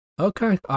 Okay